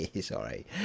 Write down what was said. Sorry